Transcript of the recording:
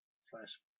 Slash